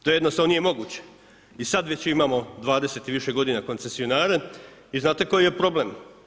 To jednostavno nije moguće i sada već imamo 20 i više godina koncesionare i znate koji je problem?